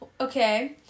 Okay